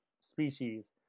species